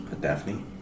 Daphne